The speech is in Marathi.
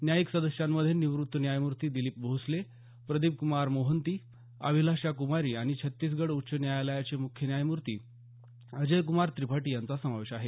न्यायिक सदस्यांमध्ये निवृत्त न्यायमूर्ती दिलीप भोसले प्रदीपक्रमार मोहंती अभिलाषा क्रमारी आणि छत्तीसगड उच्च न्यायालयाचे म्ख्य न्यायमूर्ती अजयक्मार त्रिपाठी यांचा समावेश आहे